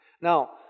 Now